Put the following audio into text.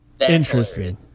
Interesting